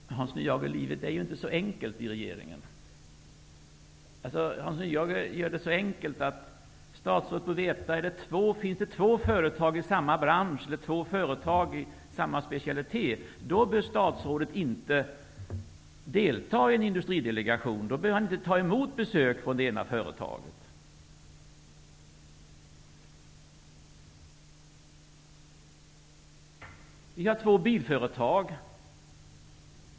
Herr talman! Hans Nyhage, livet är inte så enkelt i regeringen. Hans Nyhage gör det så enkelt som att om det finns två företag i samma bransch eller inom samma specialitet bör statsrådet inte delta i en industridelegation. Då bör statsrådet inte ta emot besök från det ena företaget. Vi har två bilföretag i Sverige.